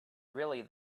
really